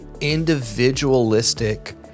individualistic